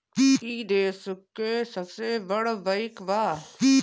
ई देस के सबसे बड़ बईक बा